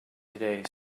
today